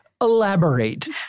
elaborate